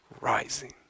rising